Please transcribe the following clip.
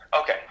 Okay